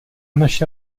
naše